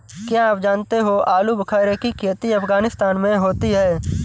क्या आप जानते हो आलूबुखारे की खेती अफगानिस्तान में होती है